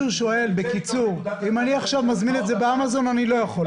הוא שואל: אם אני עכשיו מזמין את זה באמזון אני לא יכול,